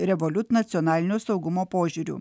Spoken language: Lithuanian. revoliut nacionalinio saugumo požiūriu